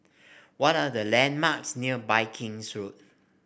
what are the landmarks near Viking's Road